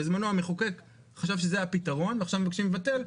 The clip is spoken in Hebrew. בזמנו המחוקק חשב שזה הפתרון ועכשיו מבקשים לבטל.